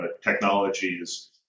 technologies